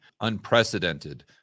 unprecedented